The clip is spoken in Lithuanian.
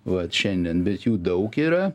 vat šiandien bet jų daug yra